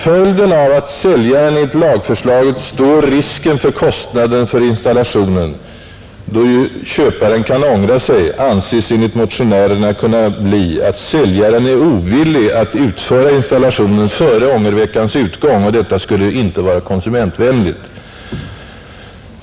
Följden av att säljaren enligt lagförslaget står risken för kostnaden för installationen, då ju köparen kan ångra sig, anses enligt motionärerna kunna bli att säljaren är ovillig att utföra installationen före ångerveckans utgång, och detta skulle inte vara konsumentvänligt.